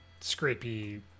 scrapey